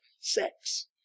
sex